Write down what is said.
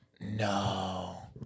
No